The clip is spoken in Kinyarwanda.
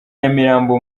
nyamirambo